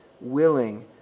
willing